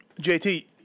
JT